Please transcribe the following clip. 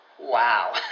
Wow